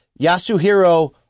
Yasuhiro